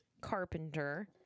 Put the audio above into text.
carpenter